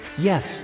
Yes